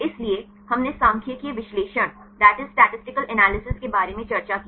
इसलिए हमने सांख्यिकीय विश्लेषण के बारे में चर्चा की